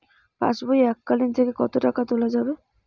পাশবই এককালীন থেকে কত টাকা তোলা যাবে?